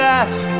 ask